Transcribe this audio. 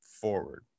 forward